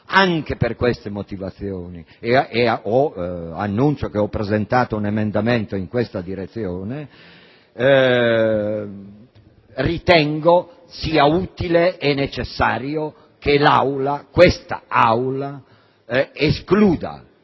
Anche per queste motivazioni annuncio che ho presentato un emendamento in questa direzione. Ritengo sia utile e necessario che l'Assemblea escluda